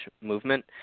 movement